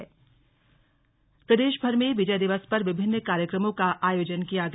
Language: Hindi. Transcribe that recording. विजय दिवस प्रदेश प्रदेशभर में विजय दिवस पर विभिन्न कार्यक्रमों का आयोजन किया गया